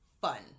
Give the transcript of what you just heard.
fun